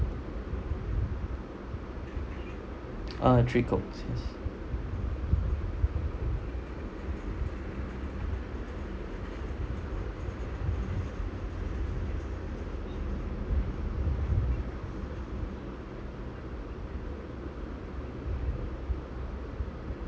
uh three cokes yes